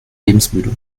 lebensmüde